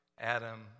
Adam